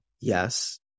Yes